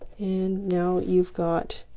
and now you've got